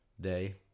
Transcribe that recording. Day